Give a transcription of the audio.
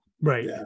Right